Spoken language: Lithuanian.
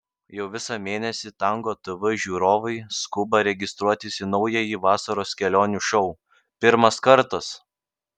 jau visą mėnesį tango tv žiūrovai skuba registruotis į naująjį vasaros kelionių šou pirmas kartas